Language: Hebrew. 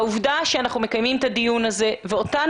העובדה שאנחנו מקיימים את הדיון הזה ואותן